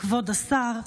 כבוד השר,